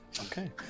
Okay